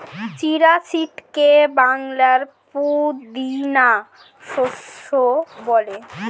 chia সিডকে বাংলায় পুদিনা শস্য বলা হয়